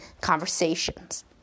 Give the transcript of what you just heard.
conversations